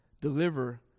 deliver